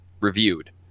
reviewed